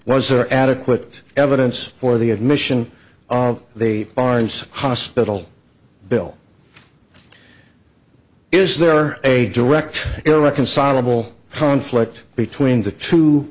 was or adequate evidence for the admission of they aren't hospital bill is there a direct irreconcilable conflict between the two